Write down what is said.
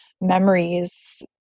memories